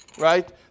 right